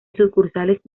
sucursales